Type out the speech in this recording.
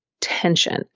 tension